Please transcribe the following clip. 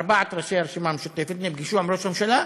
ארבעת ראשי הרשימה המשותפת נפגשו עם ראש הממשלה.